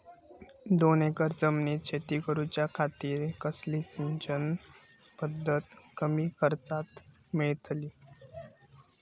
दोन एकर जमिनीत शेती करूच्या खातीर कसली सिंचन पध्दत कमी खर्चात मेलतली?